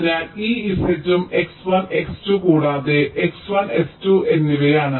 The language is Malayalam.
അതിനാൽ ഈ Z ഉം X1 X2 കൂടാതെ X1 X2 എന്നിവയാണ്